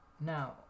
Now